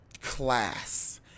class